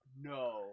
No